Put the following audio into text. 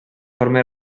forma